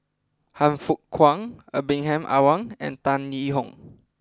Han Fook Kwang Ibrahim Awang and Tan Yee Hong